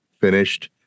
finished